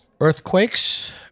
Earthquakes